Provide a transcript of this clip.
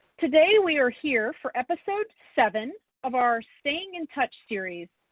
today we are here for episode seven of our staying in touch series,